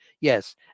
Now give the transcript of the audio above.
Yes